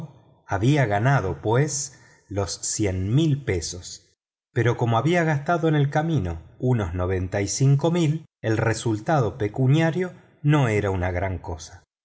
había ganado pues las veinte mil libras pero como había gastado en el camino unas diez y nueve mil el resultado pecuniario no era gran cosa